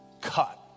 cut